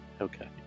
Okay